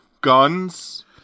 guns